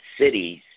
cities